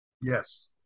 Yes